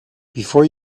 before